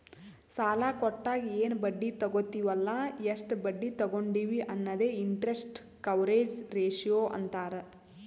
ಸಾಲಾ ಕೊಟ್ಟಾಗ ಎನ್ ಬಡ್ಡಿ ತಗೋತ್ತಿವ್ ಅಲ್ಲ ಎಷ್ಟ ಬಡ್ಡಿ ತಗೊಂಡಿವಿ ಅನ್ನದೆ ಇಂಟರೆಸ್ಟ್ ಕವರೇಜ್ ರೇಶಿಯೋ ಅಂತಾರ್